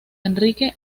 enrique